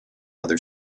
other